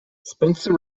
spencer